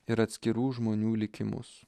ir atskirų žmonių likimus